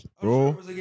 Bro